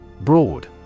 Broad